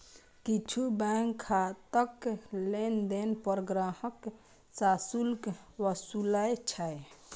किछु बैंक खाताक लेनदेन पर ग्राहक सं शुल्क वसूलै छै